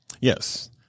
Yes